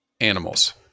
animals